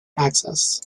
access